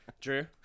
Drew